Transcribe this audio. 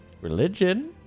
religion